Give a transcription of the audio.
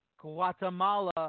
Guatemala